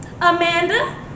Amanda